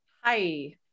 Hi